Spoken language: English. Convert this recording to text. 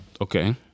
Okay